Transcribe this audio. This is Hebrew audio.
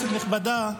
חבר הכנסת יוסף עטאונה,